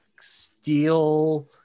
steel